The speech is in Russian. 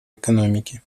экономики